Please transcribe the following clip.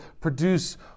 produce